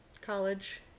college